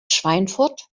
schweinfurt